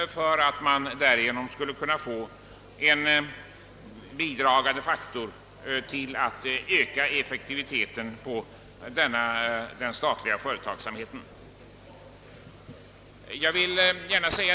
En sådan ordning skulle kunna utgöra en bidragande faktor till ökad effektivitet inom den statliga företagsamheten.